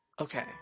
Okay